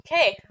Okay